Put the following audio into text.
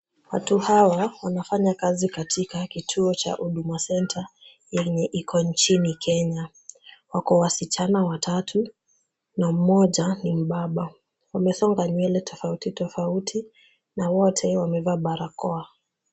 Watu hawa wanafanya kazi katika kituo cha huduma centre yenye iko nchini kenya. Wako wasichana watatu na mmoja ni mbaba. Wamesonga nywele tofauti tofauti na wote wamevaa barakoa.